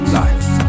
life